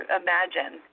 imagine